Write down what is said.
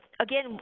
again